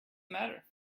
matter